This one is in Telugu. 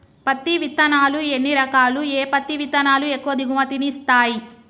పత్తి విత్తనాలు ఎన్ని రకాలు, ఏ పత్తి విత్తనాలు ఎక్కువ దిగుమతి ని ఇస్తాయి?